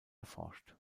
erforscht